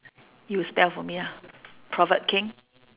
you spell for me ah proverb king